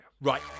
Right